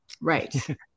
Right